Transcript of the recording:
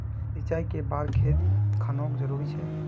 सिंचाई कै बार खेत खानोक जरुरी छै?